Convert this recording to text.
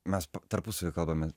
mes tarpusavy kalbamės